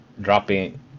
dropping